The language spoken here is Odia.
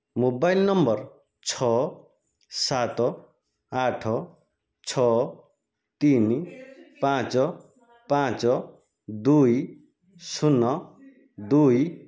ମୋବାଇଲ୍ ନମ୍ବର ଛଅ ସାତ ଆଠ ଛଅ ତିନି ପାଞ୍ଚ ପାଞ୍ଚ ଦୁଇ ଶୂନ ଦୁଇ